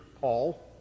Paul